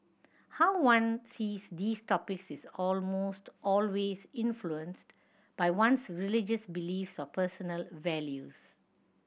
how one sees these topics is almost always influenced by one's religious beliefs or personal values